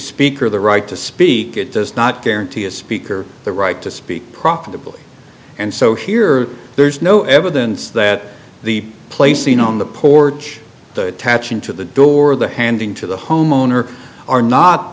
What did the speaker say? speaker the right to speak it does not guarantee a speaker the right to speak profitably and so here there is no evidence that the placing on the porch the attaching to the door the handing to the homeowner are not